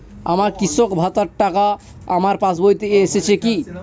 আমার কৃষক ভাতার টাকাটা আমার পাসবইতে এসেছে কি?